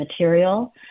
material